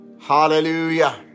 Hallelujah